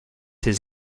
his